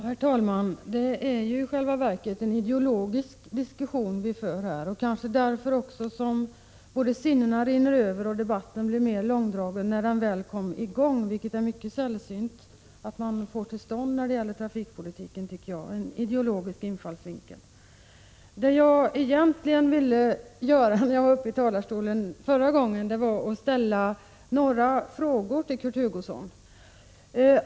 Herr talman! Det är i själva verket en ideologisk diskussion vi för här. Det är kanske därför som sinnena rinner över och debatten blivit mer långdragen — när den väl kom i gång. Det är nämligen mycket sällsynt att få i gång en debatt med ideologisk infallsvinkel när det gäller trafikpolitiken. Det jag egentligen ville göra förra gången jag var uppe i talarstolen var att ställa några frågor till Kurt Hugosson.